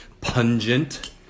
pungent